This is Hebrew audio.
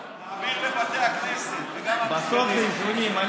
מהחד-פעמי, לבתי הכנסת, בסוף זה גם איזונים.